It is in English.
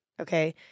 okay